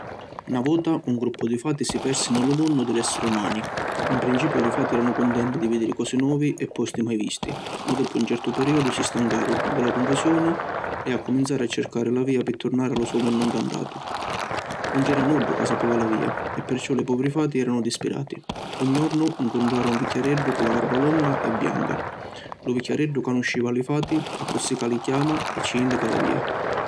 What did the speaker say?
Na vota un gruppu di fati si persi ni lu munnu di l’essiri umani. In principiu li fati eranu cuntenti di vidiri cosi novi e posti mai visti ma doppu un certu periodu si stancaru di la cunfusioni e accuminzaru a circari la via pi turnari a lu so munnu incantatu. 'Un c’era nuddu ca sapiva la via e perciò li poviri fati eranu dispirati. Un jornu ncuntraru a un vicchiareddu cu la varva longa e bianca. Lu vicchiareddu canusciva a li fati accussì ca li chiama e ci indica la via.